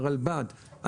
הרלב"ד,